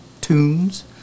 tunes